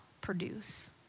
produce